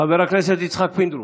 חבר הכנסת יצחק פינדרוס.